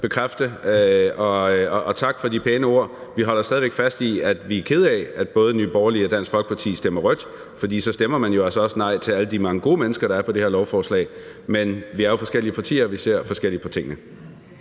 bekræfte. Og tak for de pæne ord. Vi holder stadig væk fast i, at vi er kede af, at både Nye Borgerlige og Dansk Folkeparti stemmer rødt, for så stemmer man jo også nej til alle de mange gode mennesker, der er på det her lovforslag. Men vi er jo forskellige partier, og vi ser forskelligt på tingene.